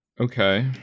Okay